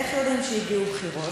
איך יודעים שהגיעו בחירות?